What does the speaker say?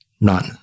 None